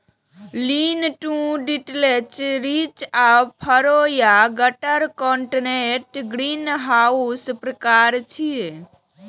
lean to detached, ridge आ furrow या gutter connected ग्रीनहाउसक प्रकार छियै